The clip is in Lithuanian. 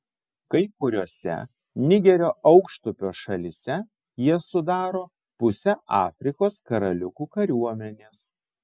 kai kuriose nigerio aukštupio šalyse jie sudaro pusę afrikos karaliukų kariuomenės